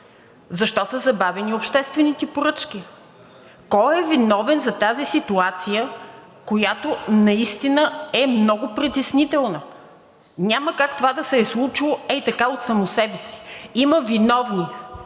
Защо са забавени обществените поръчки? Кой е виновен за тази ситуация, която наистина е много притеснителна? Няма как това да се е случило ей така, от само себе си, има виновни.